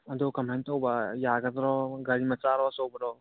ꯑꯗꯣ ꯀꯃꯥꯏ ꯇꯧꯕ ꯌꯥꯒꯗ꯭ꯔꯣ ꯒꯥꯔꯤ ꯃꯆꯥꯔꯣ ꯑꯆꯧꯕꯔꯣ